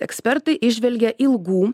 ekspertai įžvelgia ilgų